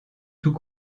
tous